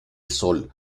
sol